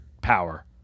power